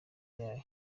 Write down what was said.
yayo